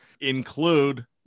include